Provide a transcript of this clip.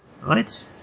right